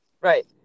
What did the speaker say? Right